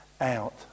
out